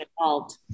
involved